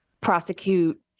prosecute